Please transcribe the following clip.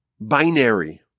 binary